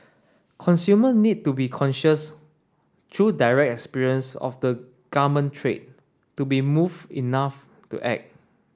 consumer need to be conscious through direct experience of the garment trade to be moved enough to act